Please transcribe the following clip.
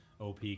op